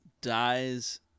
dies